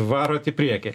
varot į priekį